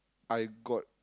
I got